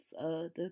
further